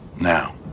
Now